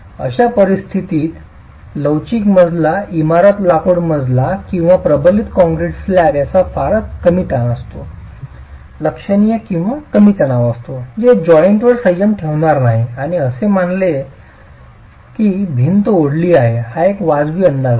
अशा परिस्थितीत लवचिक मजला इमारती लाकूड मजला किंवा प्रबलित काँक्रीट स्लॅब ज्याचा फारच कमी ताण असतो लक्षणीय कमी तणाव असतो ते जॉइंटवर संयम ठेवणार नाही आणि असे मानते की भिंत ओढली आहे हा एक वाजवी अंदाज आहे